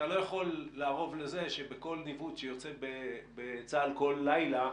שאתה לא יכול לערוב לכך שבכל ניווט שיוצא בצבא הגנה לישראל כל לילה,